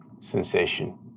sensation